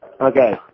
Okay